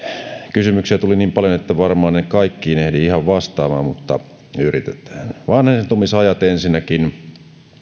kysymyksiä tuli niin paljon että varmaan en ihan kaikkiin ehdi vastaamaan mutta yritetään vanhentumisajat ensinnäkin